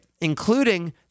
including